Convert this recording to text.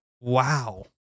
Wow